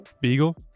Beagle